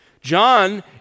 John